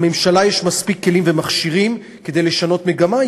לממשלה יש מספיק כלים ומכשירים כדי לשנות מגמה,